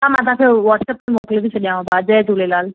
हा मां तव्हां खे व्हाट्सअप ते मोकिले थी छॾियांव भाउ जय झूलेलाल